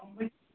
کمٕے